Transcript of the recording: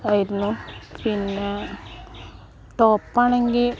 ആയിരുന്നു പിന്നെ ടോപ്പ് ആണെങ്കിൽ